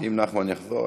אם נחמן יחזור,